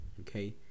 okay